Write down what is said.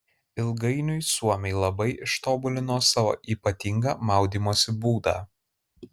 ilgainiui suomiai labai ištobulino savo ypatingą maudymosi būdą